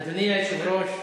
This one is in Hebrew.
אדוני היושב-ראש,